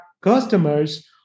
customers